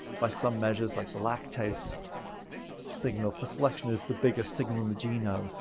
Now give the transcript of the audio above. by some measures like the lactase signal for selection is the biggest signal in the genome.